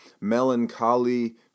melancholy